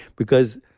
because,